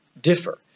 differ